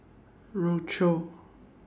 Rochor